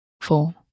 four